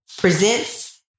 presents